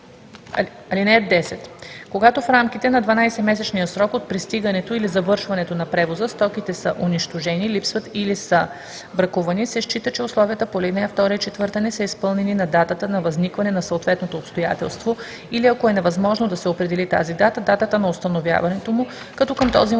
6. (10) Когато в рамките на 12-месечния срок от пристигането или завършването на превоза стоките са унищожени, липсват или са бракувани, се счита, че условията по ал. 2 и 4 не са изпълнени на датата на възникване на съответното обстоятелство, или ако е невъзможно да се определи тази дата – датата на установяването му, като към този